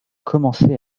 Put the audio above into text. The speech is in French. commençaient